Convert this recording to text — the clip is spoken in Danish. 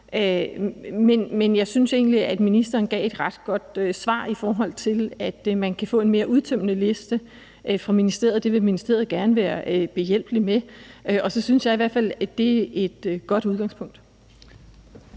Men jeg synes egentlig, at ministeren gav et ret godt svar, i forhold til at man kan få en mere udtømmende liste fra ministeriet, og det vil ministeriet gerne være behjælpelig med. Og så synes jeg i hvert fald, at det er et godt udgangspunkt.